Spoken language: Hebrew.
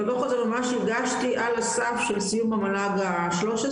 את הדוח הזה ממש הוגש לי על סף של סיום המל"ג ה-13,